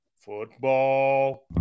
Football